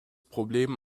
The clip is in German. problem